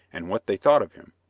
and what they thought of him.